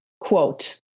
quote